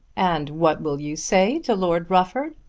and what will you say to lord rufford?